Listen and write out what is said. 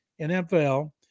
NFL